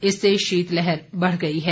इससे शीतलहर बढ़ गई है